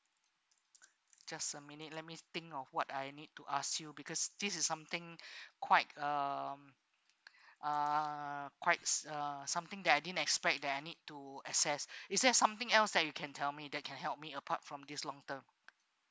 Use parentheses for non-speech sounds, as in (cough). just a minute let me think of what I need to ask you because this is something (breath) quite um uh quite s~ uh something that I didn't expect that I need to access is there something else that you can tell me that can help me apart from this long term